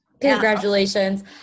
Congratulations